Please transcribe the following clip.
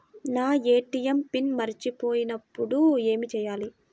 నా ATM pin మరచిపోయినప్పుడు ఏమి చేయాలి?